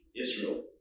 Israel